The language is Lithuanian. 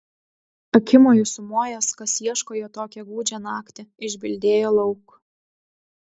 akimoju sumojęs kas ieško jo tokią gūdžią naktį išbildėjo lauk